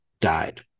died